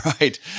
Right